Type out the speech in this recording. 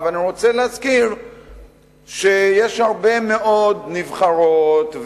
אני רוצה להזכיר שיש הרבה מאוד נבחרות,